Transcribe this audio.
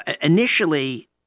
initially